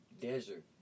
desert